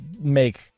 make